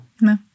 no